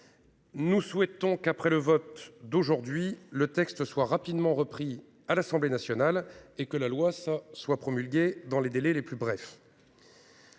Nous souhaitons qu'après le vote d'aujourd'hui le texte soit rapidement repris à l'Assemblée nationale et que la loi soit promulguée dans les délais les plus brefs.